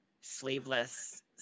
sleeveless